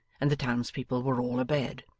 and the townspeople were all abed.